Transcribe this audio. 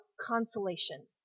consolation